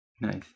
Nice